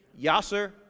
Yasser